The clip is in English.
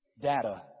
Data